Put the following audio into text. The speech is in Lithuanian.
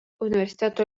universiteto